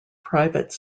private